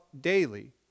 daily